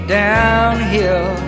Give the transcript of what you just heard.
downhill